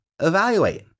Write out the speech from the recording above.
Evaluate